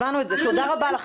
תודה רבה לך.